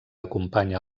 acompanya